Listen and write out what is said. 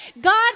God